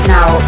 Now